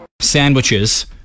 Sandwiches